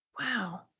Wow